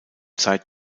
zeit